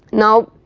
now,